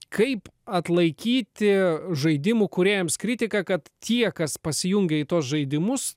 kaip atlaikyti žaidimų kūrėjams kritiką kad tie kas pasijungia į tuos žaidimus